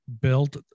built